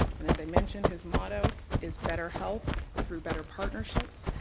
and as i mentioned, his motto is better health through better partnerships,